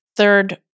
Third